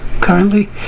currently